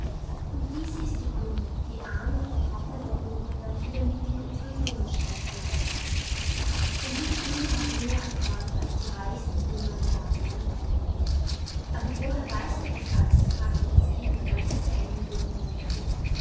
und dies ist die blume die arme vertrocknete blume welche wir mit in unsern blumenstrauß genommen haben denn diese blume hat mehr erfreut als die reichste blume im garten einer königin aber woher weißt du das alles fragte das kind welches der engel gen himmel trug